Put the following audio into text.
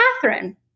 Catherine